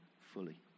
fully